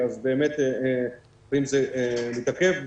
אז באמת זה מתעכב.